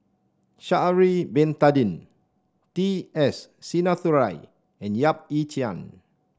Sha'ari Bin Tadin T S Sinnathuray and Yap Ee Chian